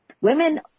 Women